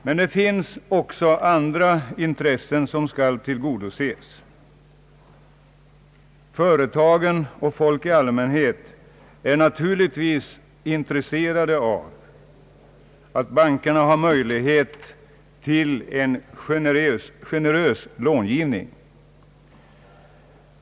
Men det finns också andra intressen som skall tillgodoses. Företagen och folk i allmänhet är naturligtvis intresserade av att bankerna har möjlighet till en generös långivning.